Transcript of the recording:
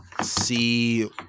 see –